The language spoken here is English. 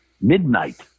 midnight